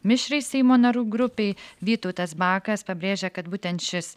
mišriai seimo narių grupei vytautas bakas pabrėžia kad būtent šis